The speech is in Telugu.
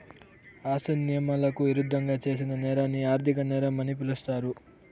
ఆస్తిని నియమాలకు ఇరుద్దంగా చేసిన నేరాన్ని ఆర్థిక నేరం అని పిలుస్తారు